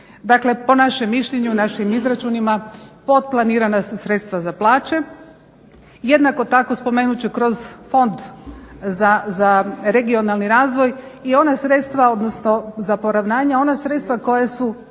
Dakle po našem mišljenju, našim izračunima potplanirana su sredstva za plaće. Jednako tako spomenut ću kroz Fond za regionalni razvoj i ona sredstva, odnosno za poravnanje ona sredstva koja su